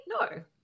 No